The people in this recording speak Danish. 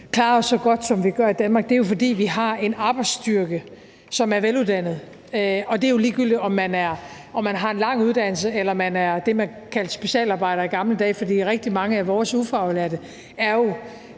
klarer os så godt, som vi gør i Danmark, er jo, at vi har en arbejdsstyrke, som er veluddannet. Det er jo ligegyldigt, om man har en lang uddannelse, eller om man er det, som man i gamle dage kaldte for specialarbejder. For rigtig mange af vores ufaglærte er jo